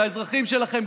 לאזרחים שלכם,